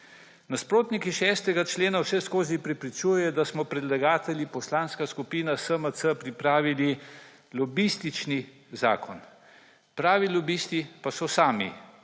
Nasprotniki 6. člena vseskozi prepričujejo, da smo predlagatelji, Poslanska skupina SMC, pripravili lobistični zakon. Pravi lobisti pa so sami,